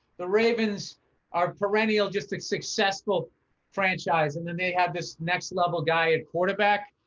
the ravens are perennial, just a successful franchise. and then they have this next level guy at quarterback.